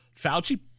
Fauci